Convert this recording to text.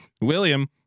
William